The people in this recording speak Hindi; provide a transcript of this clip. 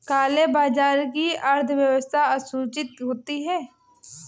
काले बाजार की अर्थव्यवस्था असूचित होती है